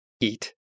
eat